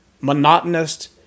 monotonous